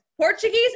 Portuguese